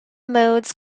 modes